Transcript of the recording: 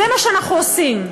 זה מה שאנחנו עושים.